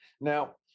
Now